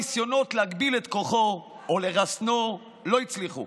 הניסיונות להגביל את כוחו או לרסנו לא הצליחו,